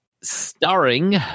starring